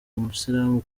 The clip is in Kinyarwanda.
umusilamu